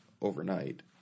overnight